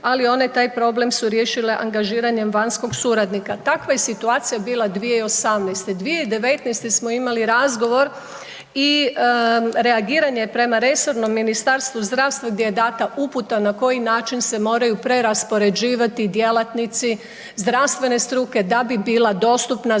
ali one taj problem su riješile angažiranjem vanjskog suradnika. Takva situacija je bila 2018., 2019. smo imali razgovor i reagiranje prema resornom Ministarstvu zdravstva gdje je dana uputa na koji način se moraju preraspoređivati djelatnici zdravstvene struke da bi bila dostupna zdravstvena